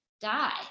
die